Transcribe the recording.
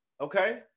okay